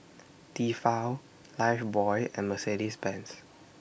Tefal Lifebuoy and Mercedes Benz